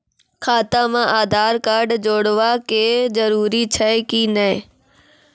खाता म आधार कार्ड जोड़वा के जरूरी छै कि नैय?